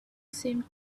seemed